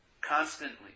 Constantly